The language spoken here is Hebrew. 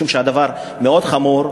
משום שהדבר מאוד חמור,